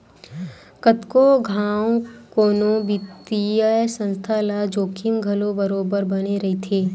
कतको घांव कोनो बित्तीय संस्था ल जोखिम घलो बरोबर बने रहिथे